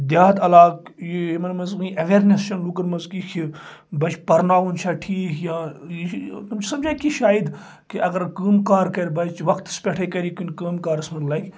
دہات عَلاقہٕ یہِ یِمن منٛز یہِ ایٚویرنٮ۪س چھِ لوٗکن منٛز کہیٖنۍ بَچہِ پرناوُن چھا ٹھیٖک یا یہِ تِم چھِ سَمجان کہِ یہِ چھُ شاید کہِ اگر کٲم کار کرٕ بَچہِ وَقتس پٮ۪ٹھ کر کُنہِ کٲم کارس منٛز لَگہِ